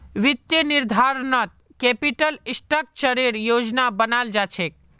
वित्तीय निर्धारणत कैपिटल स्ट्रक्चरेर योजना बनाल जा छेक